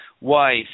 wife